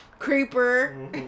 Creeper